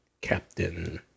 Captain